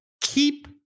Keep